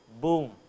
Boom